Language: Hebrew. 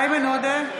איימן עודה,